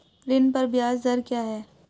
ऋण पर ब्याज दर क्या है?